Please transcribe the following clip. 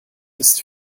ist